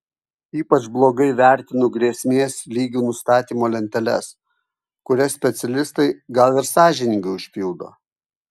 ypač blogai vertinu grėsmės lygių nustatymo lenteles kurias specialistai gal ir sąžiningai užpildo